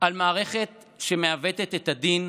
על מערכת שמעוותת את הדין,